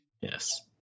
Yes